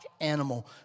animal